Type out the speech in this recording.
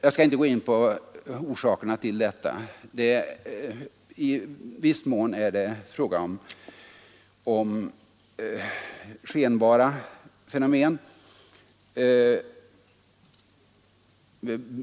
Jag skall inte gå in på orsakerna till detta, men i viss mån är det fråga om skenbara fenomen.